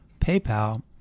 PayPal